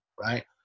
right